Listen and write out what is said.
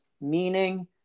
meaning